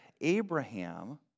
Abraham